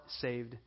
saved